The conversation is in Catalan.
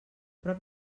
prop